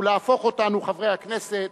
ולהפוך אותנו, חברי הכנסת,